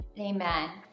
Amen